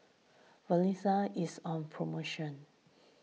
Vagisil is on promotion